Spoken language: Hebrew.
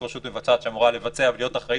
הרשות המבצעת שאמורה לבצע ולהיות אחראית